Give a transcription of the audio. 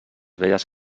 velles